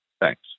Thanks